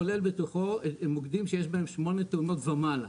כולל בתוכו את המוקדים שיש בהם שמונה תאונות ומעלה.